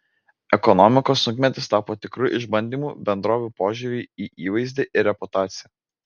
ekonomikos sunkmetis tapo tikru išbandymu bendrovių požiūriui į įvaizdį ir reputaciją